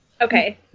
Okay